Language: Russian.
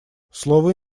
слово